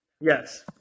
Yes